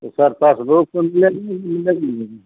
तो sir passbook